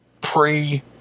pre